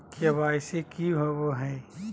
KYC की होबो है?